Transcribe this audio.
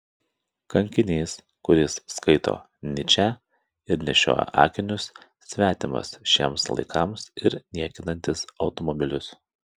kankinys kuris skaito nyčę ir nešioja akinius svetimas šiems laikams ir niekinantis automobilius